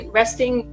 resting